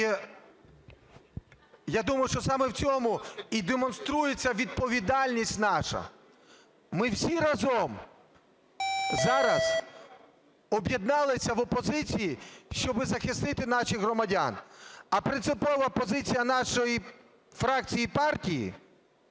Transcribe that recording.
І я думаю, що саме в цьому і демонструється відповідальність наша. Ми всі разом зараз об'єдналися в опозиції, щоби захистити наших громадян. А принципова позиція нашої фракції і партії: